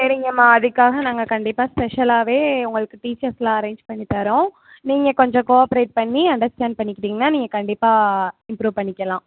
சரிங்கம்மா அதுக்காக நாங்கள் கண்டிப்பாக ஸ்பெஷாலாகவே உங்களுக்கு டீச்சர்ஸெலாம் அரேஞ்ச் பண்ணி தரோம் நீங்கள் கொஞ்சம் கோ ஆப்ரேட் பண்ணி அன்டஸ்டேண்ட் பண்ணிக்கிட்டிங்கன்னால் நீங்கள் கண்டிப்பாக இம்ப்ரூவ் பண்ணிக்கலாம்